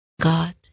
god